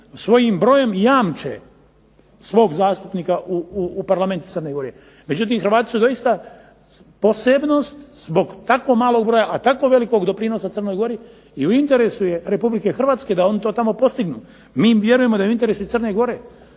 svojim brojem jamče svog zastupnika u parlamentu Crne Gore. Međutim, Hrvati su doista posebnost zbog tako malog broja, a tako velikog doprinosa Crnoj Gori i u interesu je Republike Hrvatske da oni to tamo postignu. MI vjerujemo da je u interesu Crne gore.